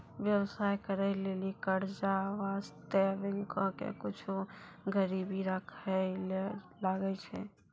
व्यवसाय करै लेली कर्जा बासतें बैंको के कुछु गरीबी राखै ले लागै छै